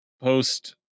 post